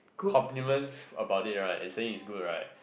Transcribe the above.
compliments about it and saying it's good right